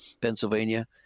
Pennsylvania